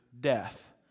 death